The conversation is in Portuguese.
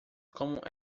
com